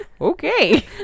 okay